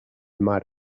mar